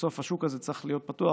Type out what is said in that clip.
בסוף השוק הזה צריך להיות פתוח,